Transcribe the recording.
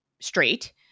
straight